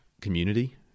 community